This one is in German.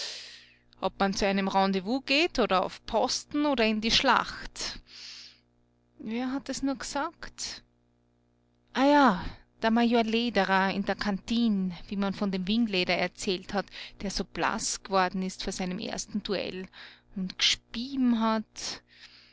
ob man zu einem rendezvous geht oder auf posten oder in die schlacht wer hat das nur gesagt ah ja der major lederer in der kantin wie man von dem wingleder erzählt hat der so blaß geworden ist vor seinem ersten duell und gespieben hat